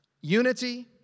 unity